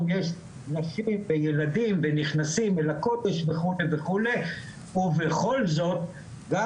יש נשים וילדים ונכנסים אל הקודש וכו' וכו' ובכל זאת גם